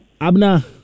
Abna